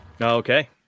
Okay